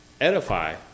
edify